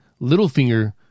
Littlefinger